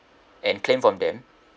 and claim from them